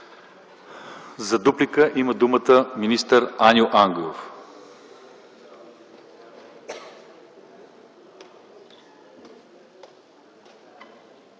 За дуплика има думата министър Аню Ангелов.